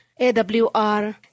AWR